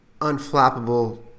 unflappable